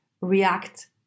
react